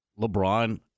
LeBron